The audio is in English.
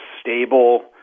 stable